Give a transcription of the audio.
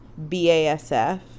BASF